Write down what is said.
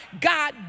God